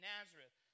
Nazareth